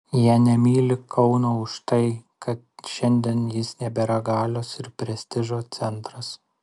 jie nemyli kauno už tai kad šiandien jis nebėra galios ir prestižo centras